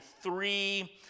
three